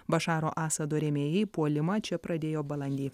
bašaro asado rėmėjai puolimą čia pradėjo balandį